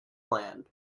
plan